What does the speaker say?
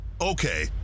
Okay